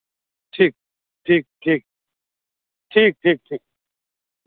ठीक ठीक ठीक ठीक ठीक ठीक